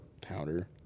powder